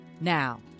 Now